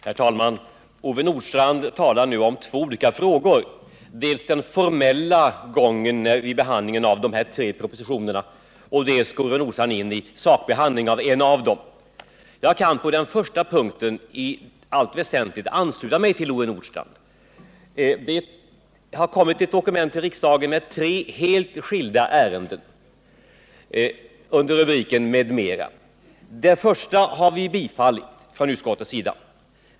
Herr talman! Ove Nordstrandh talar nu om två olika frågor. Dels berör han den formella gången vid behandlingen av de här tre propositionerna, dels går han in i sakbehandling av en av dem. Jag kan på den första punkten i allt väsentligt ansluta mig till Ove Nordstrandhs uppfattning. Det har kommit ett dokument till riksdagen med tre helt skilda ärenden under en rubrik med ”m.m.”. Det första har vi biträtt från utskottets sida.